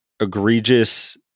egregious